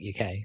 UK